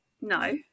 No